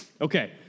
okay